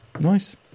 Nice